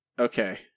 okay